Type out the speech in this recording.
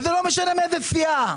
וזה לא משנה מאיזו סיעה.